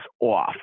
off